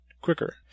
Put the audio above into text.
quicker